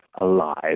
alive